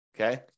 Okay